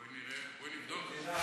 בואי נבדוק את זה.